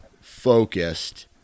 focused